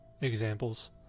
examples